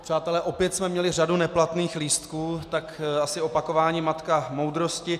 Přátelé, opět jsme měli řadu neplatných lístků, tak asi opakování matka moudrosti.